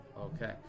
Okay